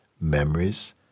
memories